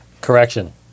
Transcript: Correction